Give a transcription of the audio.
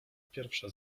pierwsza